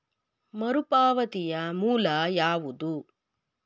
ಮರುಪಾವತಿಯ ಮೂಲ ಯಾವುದು?